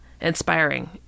inspiring